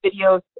videos